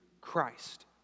Christ